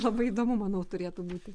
labai įdomu manau turėtų būti